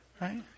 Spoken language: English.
Right